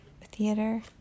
theater